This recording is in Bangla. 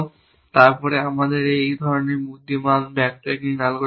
তারপরে আমাদের এই ধরণের বুদ্ধিমান ব্যাকট্র্যাকিং অ্যালগরিদম রয়েছে